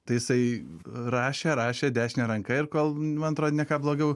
tai jisai rašė rašė dešine ranka ir kol man atro ne ką blogiau